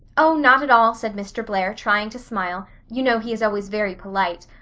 oh, not at all said mr. blair, trying to smile. you know he is always very polite.